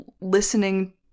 listening